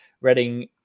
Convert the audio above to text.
Reading